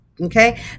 Okay